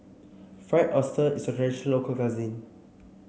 Fried Oyster is a fresh local cuisine